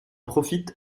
profite